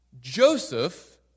Joseph